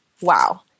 wow